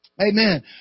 Amen